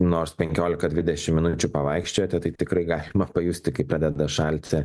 nors penkioliką dvidešimt minučių pavaikščioti tai tikrai galima pajusti kai pradeda šalti